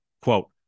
Quote